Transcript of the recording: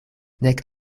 nek